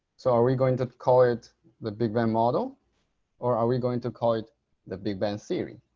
so are we going to call it the big bang model or are we going to call it the big bang theory?